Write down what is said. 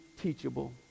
teachable